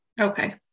Okay